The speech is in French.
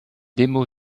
démo